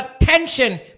attention